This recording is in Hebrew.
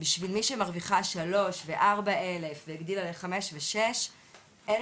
בשביל מי שמרוויחה 3,000 ו- 4,000 והגדילה ל-5,000 ו- 6,000,